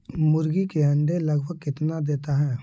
मुर्गी के अंडे लगभग कितना देता है?